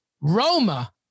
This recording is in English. Roma